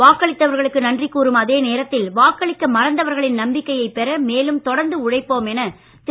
வாக்களித்தவர்களுக்கு நன்றி கூறும் அதே நேரத்தில் வாக்களிக்க மறந்தவர்களின் நம்பிக்கை பெற மேலும் தொடர்ந்து உழைப்போம் என திரு